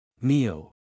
Neo